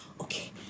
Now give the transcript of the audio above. okay